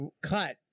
cut